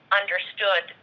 understood